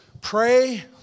Pray